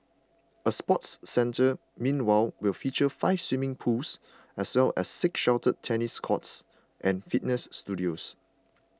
a sports centre meanwhile will feature five swimming pools as well as six sheltered tennis courts and fitness studios